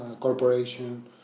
corporation